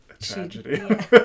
tragedy